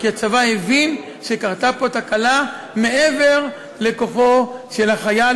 כי הצבא הבין שקרתה פה תקלה מעבר לכוחו של החייל,